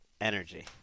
energy